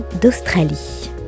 d'Australie